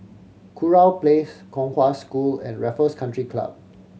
Kurau Place Kong Hwa School and Raffles Country Club